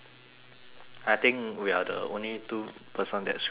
I think we are the only two person that screw up the most